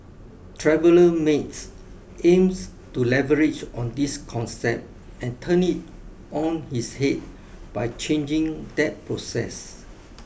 Traveller Mates aims to leverage on this concept and turn it on its head by changing that process